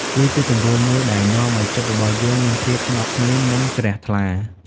វាជាទង្វើមួយដែលនាំឱ្យចិត្តរបស់យើងមានភាពស្ងប់ស្ងៀមនិងជ្រះថ្លា។